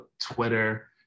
Twitter